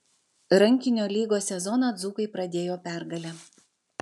rankinio lygos sezoną dzūkai pradėjo pergale